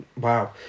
Wow